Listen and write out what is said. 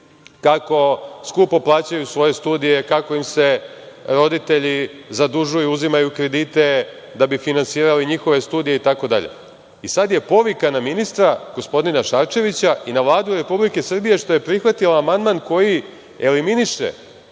kako skupo plaćaju svoje studije, kako im se roditelji zadužuju, uzimaju kredite da bi finansirali njihove studije itd. Sada je povika na ministra gospodina Šarčevića i na Vladu Republike Srbije što je prihvatila amandman koji eleminiše